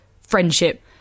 friendship